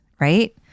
right